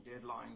deadline